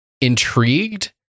Intrigued